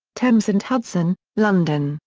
thames and hudson, london,